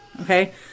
okay